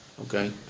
Okay